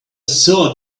saw